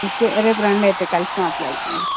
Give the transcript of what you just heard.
ఒకే రేపు రండైతే కలిసి మాట్లాడుకుందాం